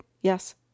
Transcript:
Yes